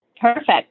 Perfect